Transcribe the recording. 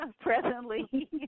presently